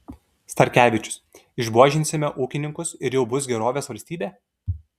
starkevičius išbuožinsime ūkininkus ir jau bus gerovės valstybė